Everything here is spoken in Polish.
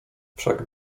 wszak